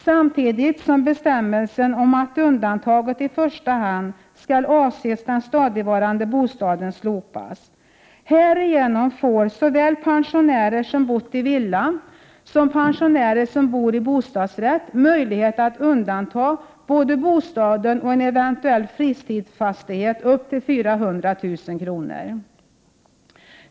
Samtidigt bör bestämmelsen om att undantaget i första hand skall avse den stadigvarande bostaden slopas. Härigenom får såväl pensionärer som bor i villa som pensionärer som bor med bostadsrätt möjlighet att undanta både bostaden och en eventuell fritidsfastighet upp till 400 000 kr.